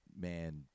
man